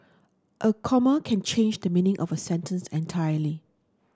a comma can change the meaning of a sentence entirely